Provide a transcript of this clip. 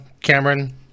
Cameron